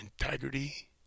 integrity